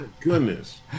Goodness